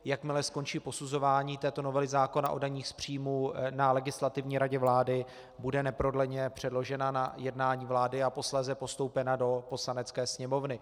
Jakmile skončí posuzování této novely zákona o daních z příjmů na Legislativní radě vlády, bude neprodleně předložena na jednání vlády a posléze postoupena do Poslanecké sněmovny.